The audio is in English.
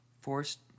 Forced